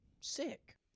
Sick